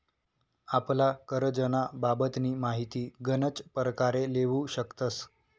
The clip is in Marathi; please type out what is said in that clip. आपला करजंना बाबतनी माहिती गनच परकारे लेवू शकतस